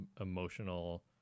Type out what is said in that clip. emotional